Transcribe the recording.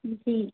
जी